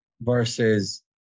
versus